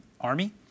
army